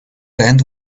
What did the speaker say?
end